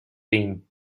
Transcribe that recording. been